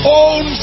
own